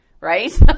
right